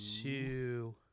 Two